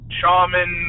shaman